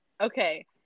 Okay